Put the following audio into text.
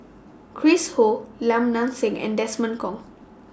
Chris Ho Lim Nang Seng and Desmond Kon